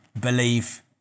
believe